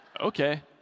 okay